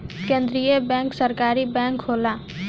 केंद्रीय बैंक सरकारी बैंक होला